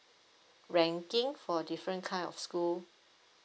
ranking for different kind of school